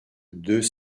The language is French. deux